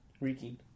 reeking